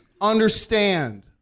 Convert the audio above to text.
Understand